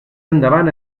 endavant